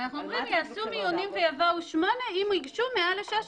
אנחנו אומרים שייעשו מיונים ויבואו שמונה אם ייגשו מעל ל-16.